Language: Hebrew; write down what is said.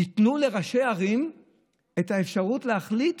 ייתנו לראשי ערים את האפשרות להחליט